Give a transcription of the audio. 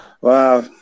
wow